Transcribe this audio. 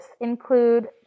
include